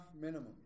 minimum